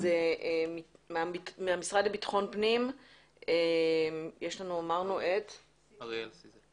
אז מהמשרד לבטחון פנים יש לנו את אריאל זיסל,